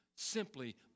Simply